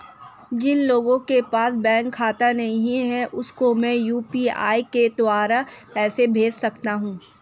जिन लोगों के पास बैंक खाता नहीं है उसको मैं यू.पी.आई के द्वारा पैसे भेज सकता हूं?